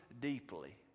deeply